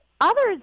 Others